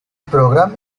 program